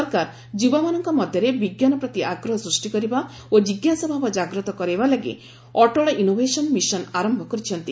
ସରକାର ଯୁବାମାନଙ୍କ ମଧ୍ୟରେ ବିଜ୍ଞାନ ପ୍ରତି ଆଗ୍ରହ ସୂଷ୍ଟି କରିବା ଓ ଜିଜ୍ଞାସା ଭାବ ଜାଗ୍ରତ କରାଇବା ଲାଗି ଅଟଳ ଇନୋଭେସନ୍ ମିଶନ୍ ଆରମ୍ଭ କରିଛନ୍ତି